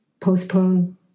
postpone